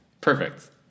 perfect